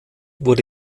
wurde